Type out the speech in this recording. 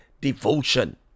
devotion